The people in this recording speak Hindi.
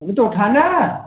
अबे तो उठा ना